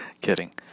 Kidding